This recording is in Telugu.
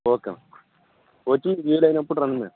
ఓకే మ్యామ్ వచ్చి వీలైనప్పుడు రండి మ్యామ్